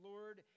Lord